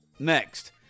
Next